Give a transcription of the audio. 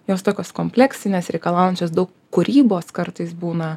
jos tokios kompleksinės reikalaujančios daug kūrybos kartais būna